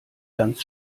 ganz